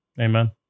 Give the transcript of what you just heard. Amen